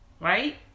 Right